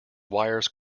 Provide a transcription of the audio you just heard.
wires